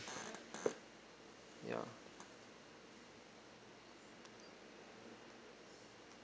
ya